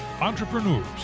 entrepreneurs